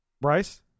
Bryce